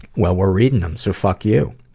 well, we're reading them, so fuck you.